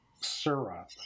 syrup